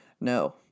No